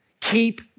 Keep